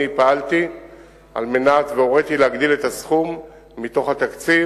אני פעלתי והוריתי להגדיל את הסכום מתוך התקציב.